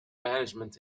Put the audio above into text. management